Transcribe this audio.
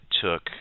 took